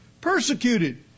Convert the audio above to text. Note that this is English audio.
Persecuted